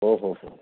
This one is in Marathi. हो हो हो